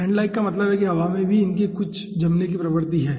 sand like का मतलब है कि हवा में भी इनकी कुछ जमने की प्रवृत्ति है